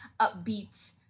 upbeat